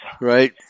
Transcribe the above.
Right